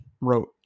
wrote